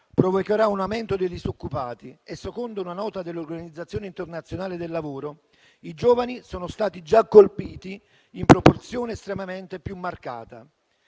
provocherà un aumento dei disoccupati e, secondo una nota dell'Organizzazione internazionale del lavoro, i giovani sono stati già colpiti in proporzione estremamente più marcata.